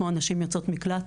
כמו נשים יוצאות מקלט,